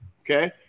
Okay